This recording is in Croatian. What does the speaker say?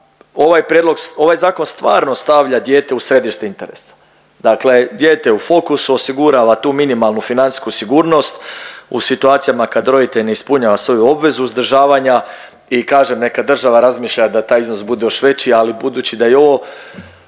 ovaj zakon stvarno stavlja dijete u središte interesa. Dakle dijete je u fokusu, osigurava tu minimalnu financijsku sigurnost u situacijama kad roditelj ne ispunjava svoju obvezu uzdržavanja i kažem neka država razmišlja da taj iznos bude još veći ali budući da je i ovo